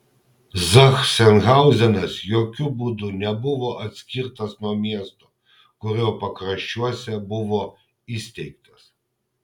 zachsenhauzenas jokiu būdu nebuvo atskirtas nuo miesto kurio pakraščiuose buvo įsteigtas